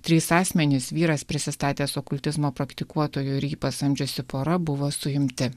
trys asmenys vyras prisistatęs okultizmo praktikuotojo ir jį pasamdžiusi pora buvo suimti